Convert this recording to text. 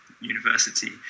university